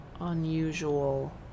unusual